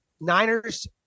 Niners